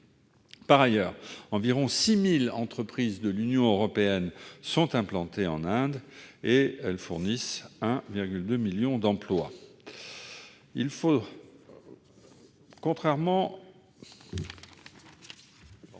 Par ailleurs, environ 6 000 entreprises de l'Union européenne sont implantées en Inde et fournissent 1,2 million d'emplois.